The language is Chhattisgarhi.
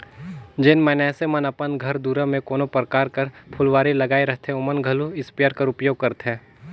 जेन मइनसे मन अपन घर दुरा में कोनो परकार कर फुलवारी लगाए रहथें ओमन घलो इस्पेयर कर परयोग करथे